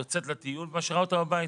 יוצאת לטיול ומשאירה אותו בבית.